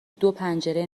دوپنجره